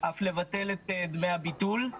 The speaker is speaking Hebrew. אף לבטל את דמי הביטול.